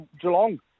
Geelong